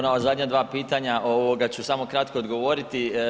Na ova zadnja dva pitanja ovoga ću samo kratko odgovoriti.